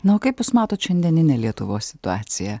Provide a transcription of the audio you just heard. na o kaip jūs matot šiandieninę lietuvos situaciją